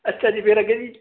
ਅੱਛਾ ਜੀ ਫੇਰ ਅੱਗੇ ਜੀ